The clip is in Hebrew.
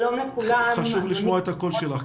חשוב לשמוע את הקול שלך.